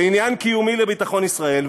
זה עניין קיומי לביטחון ישראל,